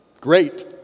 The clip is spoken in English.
Great